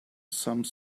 some